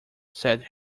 said